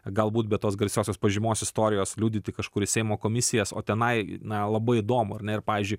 galbūt be tos garsiosios pažymos istorijos liudyti kažkur į seimo komisijas o tenai na labai įdomu ar ne ir pavyzdžiui